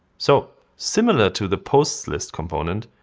so, similar to the posts list component,